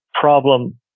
problem